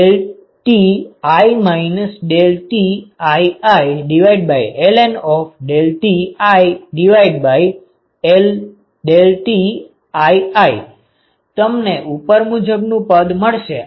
આમ qUAΔTlmtd UATΙ ΔTΙΙlnTΙTΙΙ તમને ઉપર મુજબનું પદ મળશે